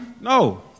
No